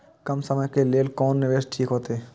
कम समय के लेल कोन निवेश ठीक होते?